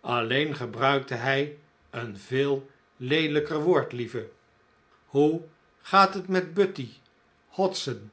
alleen gebruikte hij een veel leelijker woord lieve hoe gaat het met buty hodson